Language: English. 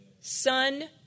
Son